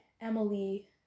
Emily